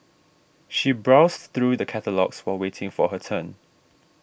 she browsed through the catalogues while waiting for her turn